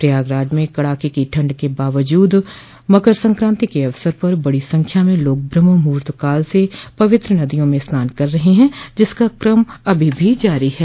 प्रयागराज में कडाके की ठंड के बावजूद मकर संक्रांति के अवसर पर बड़ी संख्या में लोग ब्रह्ममुहुर्त काल से पवित्र नदियों में स्नान कर रहे हैं जिसका कम अभी भी जारी है